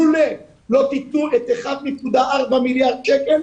לולא --- 1.4 מיליארד שקל,